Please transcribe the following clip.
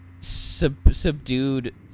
subdued